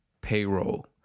payroll